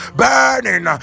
burning